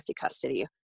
custody